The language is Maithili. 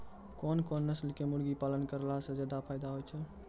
कोन कोन नस्ल के मुर्गी पालन करला से ज्यादा फायदा होय छै?